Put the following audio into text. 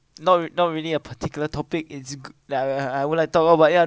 not not really a particular topic it's goo~ like I I would like to talk about ya